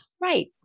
Right